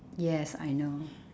yes I know